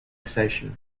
station